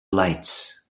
lights